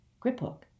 Griphook